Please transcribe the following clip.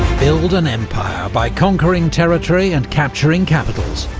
build an empire by conquering territory and capturing capitals,